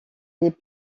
les